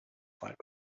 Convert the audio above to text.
fight